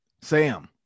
Sam